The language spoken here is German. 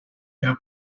herr